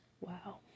wow